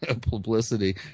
publicity